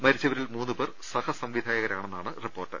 മരിച്ചവരിൽ മൂന്ന് പേർ സഹസം വിധായകരാണെന്നാണ് റിപ്പോർട്ട്